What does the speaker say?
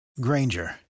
Granger